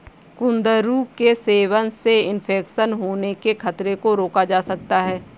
कुंदरू के सेवन से इन्फेक्शन होने के खतरे को रोका जा सकता है